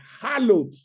hallowed